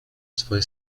swoje